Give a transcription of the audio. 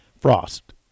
Frost